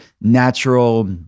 natural